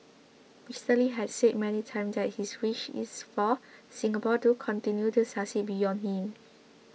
Mister Lee had said many times that his wish is for Singapore to continue to succeed beyond him